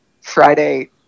friday